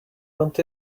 want